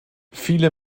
viele